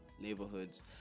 neighborhoods